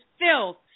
filth